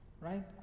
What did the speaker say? Right